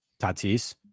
Tatis